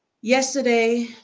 Yesterday